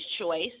choice